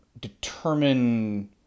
determine